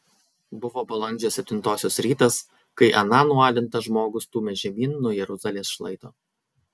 buvo balandžio septintosios rytas kai aną nualintą žmogų stūmė žemyn nuo jeruzalės šlaito